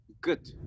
Good